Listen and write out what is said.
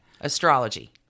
Astrology